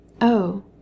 Oh